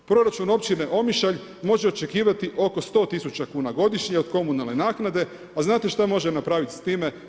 Proračun općine Omišalj može očekivati oko 100 tisuća kuna godišnje od komunalne naknade, a znate šta može napraviti s time?